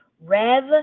Rev